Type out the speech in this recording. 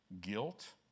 Guilt